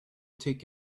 take